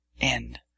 end